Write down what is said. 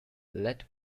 let